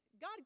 God